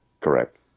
Correct